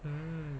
mm